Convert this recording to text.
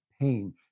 pain